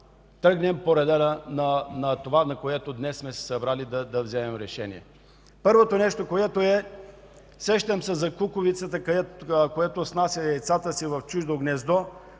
тръгнем по реда на това, за което днес сме се събрали – да вземем решение. Първото нещо, сещам се за кукувицата, която снася яйцата си в чуждо гнездо.